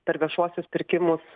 per viešuosius pirkimus